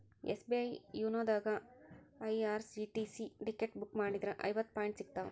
SBI YONO ದಾಗಾ IRCTC ticket book ಮಾಡಿದ್ರ ಐವತ್ತು ಪಾಯಿಂಟ್ ಸಿಗ್ತಾವ